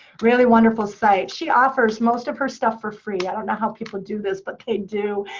really wonderful site. she offers most of her stuff for free. i don't know how people do this, but they do.